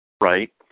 Right